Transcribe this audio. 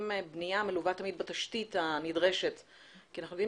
בשאלה האם בנייה מלווה תמיד בתשתית הנדרשת כי אנחנו יודעים